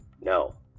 No